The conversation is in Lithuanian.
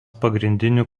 pagrindinių